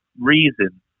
reason